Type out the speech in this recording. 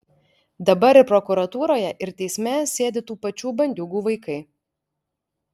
dabar ir prokuratūroje ir teisme sėdi tų pačių bandiūgų vaikai